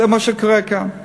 זה מה שקורה כאן.